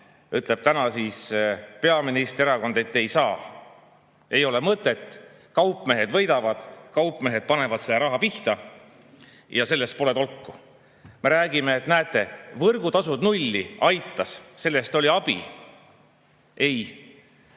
abi. Aga peaministri erakond ütleb, et ei saa, ei ole mõtet, kaupmehed võidavad, kaupmehed panevad selle raha pihta ja sellest pole tolku. Me räägime, et näete, võrgutasud nulli – aitas, sellest oli abi. Ei.